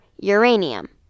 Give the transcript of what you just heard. uranium